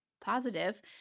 positive